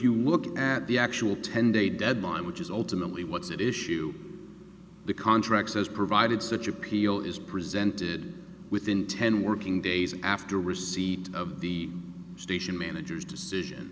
you look at the actual ten day deadline which is ultimately what's at issue the contract says provided such appeal is presented within ten working days after receipt of the station managers decision